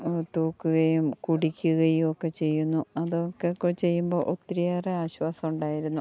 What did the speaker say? അത് തൂക്കുകയും കുടിക്കുകയൊക്കെ ചെയ്യുന്നു അതൊക്കെ കൂടി ചെയ്യുമ്പോൾ ഒത്തിരിയേറെ ആശ്വാസമുണ്ടായിരുന്നു